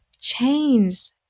changed